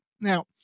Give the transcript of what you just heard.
Now